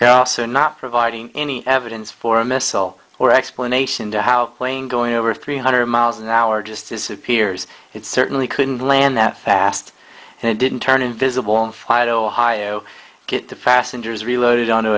or not providing any evidence for a missile or explanation to how plane going over three hundred miles an hour just disappears it certainly couldn't land that fast and it didn't turn invisible on fire ohio get the passengers reloaded onto